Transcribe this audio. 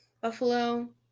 Buffalo